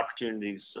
opportunities